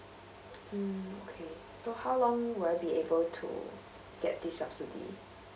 mm okay so how long will I be able to get this subsidy